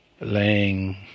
laying